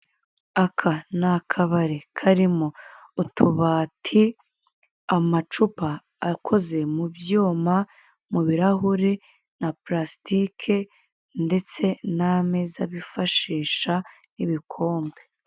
Aka ni akabari karimo utubati. Amacupa akoze mu byuma, mu birahure na parasitike ndetse n'ameza bifashisha ibikombe.